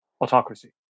autocracy